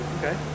Okay